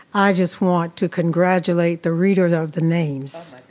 i just want to congratulate the readers of the names.